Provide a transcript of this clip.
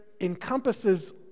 encompasses